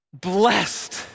blessed